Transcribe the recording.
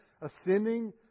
ascending